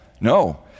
No